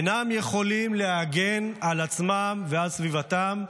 אינם יכולים להגן על עצמם ועל סביבתם,